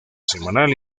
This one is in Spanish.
semanal